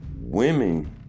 women